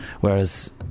Whereas